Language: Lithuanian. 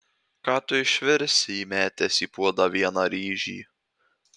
ką tu išvirsi įmetęs į puodą vieną ryžį